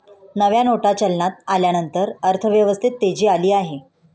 नव्या नोटा चलनात आल्यानंतर अर्थव्यवस्थेत तेजी आली आहे